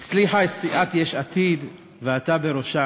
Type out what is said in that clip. הצליחה סיעת יש עתיד ואתה בראשה